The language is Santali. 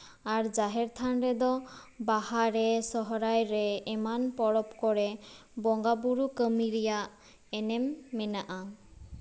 ᱟᱨ ᱡᱟᱦᱮᱨ ᱛᱷᱟᱱ ᱨᱮᱫᱚ ᱵᱟᱦᱟᱨᱮ ᱥᱚᱦᱨᱟᱭ ᱨᱮ ᱮᱢᱟᱱ ᱯᱚᱨᱚᱵᱽ ᱠᱚᱨᱮ ᱵᱚᱸᱜᱟᱼᱵᱩᱨᱩ ᱠᱟᱹᱢᱤ ᱨᱮᱭᱟᱜ ᱮᱱᱮᱢ ᱢᱮᱱᱟᱜᱼᱟ